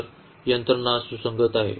तर यंत्रणा सुसंगत आहे